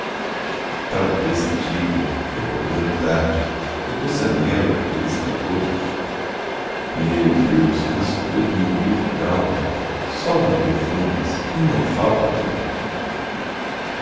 talvez que diga recordando tarde o doce anelo do feliz cantor meu deus nas folhas do meu livro dalma sobram perfumes e não falta amor